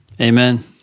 Amen